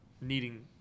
needing